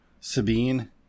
sabine